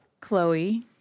Chloe